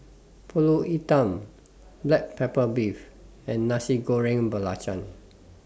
Pulut Hitam Black Pepper Beef and Nasi Goreng Belacan